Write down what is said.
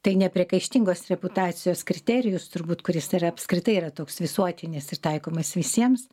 tai nepriekaištingos reputacijos kriterijus turbūt kuris yra apskritai yra toks visuotinis ir taikomas visiems